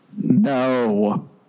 No